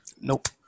Nope